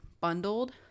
bundled